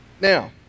Now